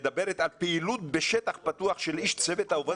היא מדברת על פעילות בשטח פתוח של איש צוות העובד